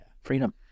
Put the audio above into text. freedom